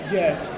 yes